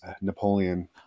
napoleon